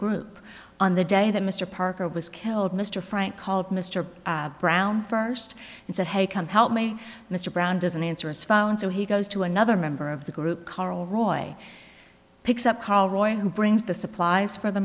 group on the day that mr parker was killed mr frank called mr brown first and said hey come help me mr brown doesn't answer his phone so he goes to another member of the group carle wrong way picks up col roy who brings the supplies for the